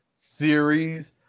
series